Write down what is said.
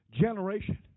generation